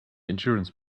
insurance